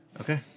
Okay